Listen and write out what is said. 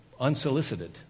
unsolicited